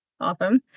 Awesome